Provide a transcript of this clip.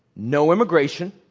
no immigration,